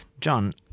John